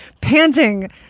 panting